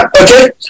Okay